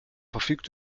verfügt